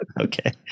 Okay